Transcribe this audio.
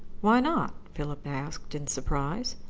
why not? philip asked in surprise.